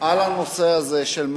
על הנושא הזה של,